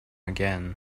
again